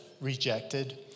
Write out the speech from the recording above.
rejected